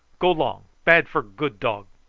go long, bad for good dog.